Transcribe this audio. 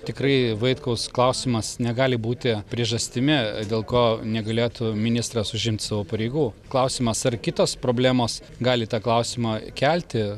tikrai vaitkaus klausimas negali būti priežastimi dėl ko negalėtų ministras užimt savo pareigų klausimas ar kitos problemos gali tą klausimą kelti